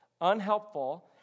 unhelpful